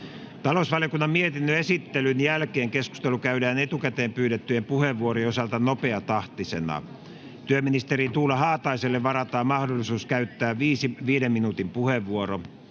Talousvaliokunnan mietinnön esittelyn jälkeen keskustelu käydään etukäteen pyydettyjen puheenvuorojen osalta nopeatahtisena. Työministeri Tuula Haataiselle varataan mahdollisuus käyttää 5 minuutin puheenvuoro.